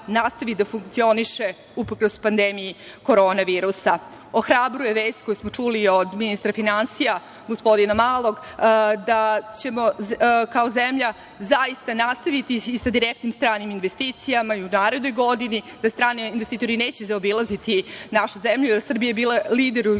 da funkcioniše uprkos pandemiji korona virusa. Ohrabruje vest koju smo čuli od ministra finansija, gospodina Malog, da ćemo kao zemlja zaista nastaviti i sa direktnim stranim investicijama i u narednoj godini, da strani investitori neće zaobilaziti našu zemlju, jer je Srbija bila lider